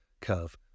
curve